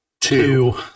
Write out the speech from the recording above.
Two